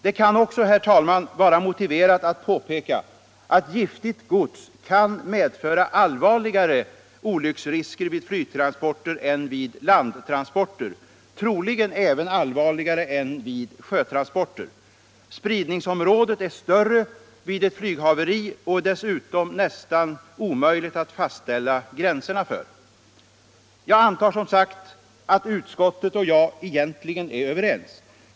Det kan också vara motiverat att påpeka, att giftigt gods kan medföra allvarligare olycksrisker vid flygtransporter än vid landtransporter, troligen även allvarligare än vid sjötransporter. Spridningsområdet är nämligen större vid ett flyghaveri och dessutom nästan omöjligt att fastställa gränserna för. Jag antar som sagt att utskottet och jag egentligen är överens.